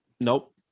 Nope